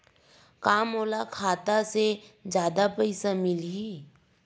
का मोला खाता से जादा पईसा मिलही?